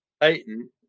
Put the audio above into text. Titan